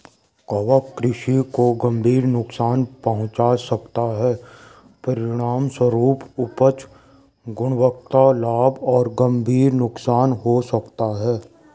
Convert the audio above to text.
कवक कृषि को गंभीर नुकसान पहुंचा सकता है, परिणामस्वरूप उपज, गुणवत्ता, लाभ का गंभीर नुकसान हो सकता है